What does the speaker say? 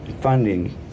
Funding